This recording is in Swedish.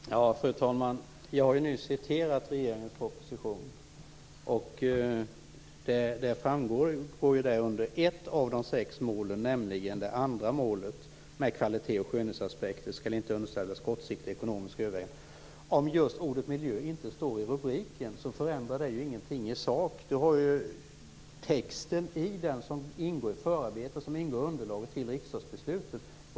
Fru talman! Jag har nyss citerat ur regeringens proposition. Där framgår att det i ett av de sex målen, nämligen det andra, står att kvalitets och skönhetsaspekter inte skall underställas kortsiktiga ekonomiska överväganden. Om ordet miljö inte står just i rubriken förändrar det ingenting i sak. Texten i propositionen ingår i förarbetena som underlag till riksdagsbeslutet.